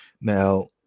Now